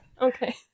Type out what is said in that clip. Okay